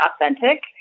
authentic